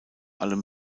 allem